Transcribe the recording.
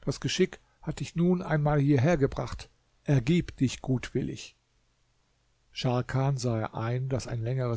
das geschick hat dich nun einmal hierher gebracht ergib dich gutwillig scharkan sah ein daß ein längeres